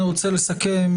אני רוצה לסכם,